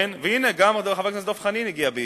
והנה, גם חבר הכנסת דב חנין הגיע בעתו.